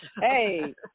Hey